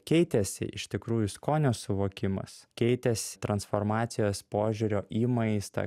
keitėsi iš tikrųjų skonio suvokimas keitės transformacijos požiūrio į maistą